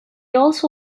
also